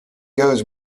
goes